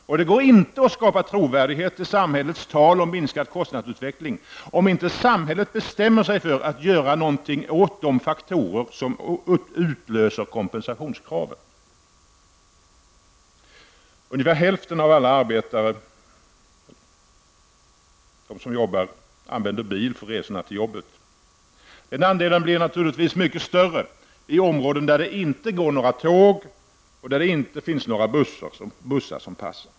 Och det går inte att skapa trovärdighet till samhällets tal om minskad kostnadsutveckling om inte samhället bestämmer sig för att göra någonting åt de faktorer som utlöser kompensationskraven. Ungefär hälften av alla som arbetar använder bil för resorna till och från jobbet. Den andelen blir naturligtvis mycket större i områden där det inte går några tåg och där det inte finns några bussar som passar.